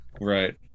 right